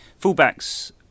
Fullbacks